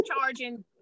charging